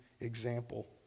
example